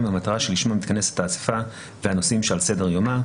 המטרה שלשמה מתכנסת האסיפה והנושאים שעל סדר יומה.